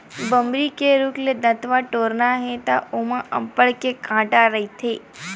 बमरी के रूख ले दतवत टोरना हे त ओमा अब्बड़ के कांटा रहिथे